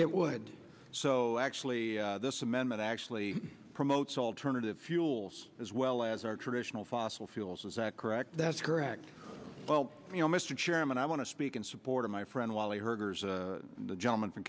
it would so actually this amendment actually promotes alternative fuels as well as our traditional fossil fuels is that correct that's correct well you know mr chairman i want to speak in support of my friend wally herger the gentleman from